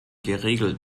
geregelt